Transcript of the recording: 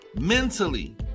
mentally